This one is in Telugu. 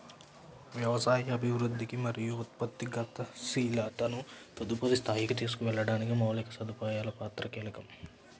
వ్యవసాయ అభివృద్ధికి మరియు ఉత్పత్తి గతిశీలతను తదుపరి స్థాయికి తీసుకెళ్లడానికి మౌలిక సదుపాయాల పాత్ర కీలకం